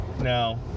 now